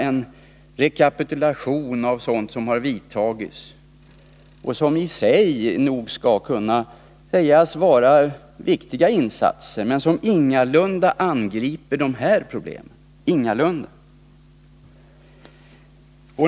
Där rekapituleras bara åtgärder som har vidtagits och som i sig nog kan sägas vara riktiga men som ingalunda angriper de problem jag tagit upp.